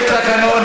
יש תקנון,